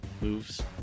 moves